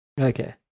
Okay